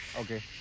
Okay